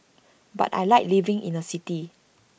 but I Like living in A city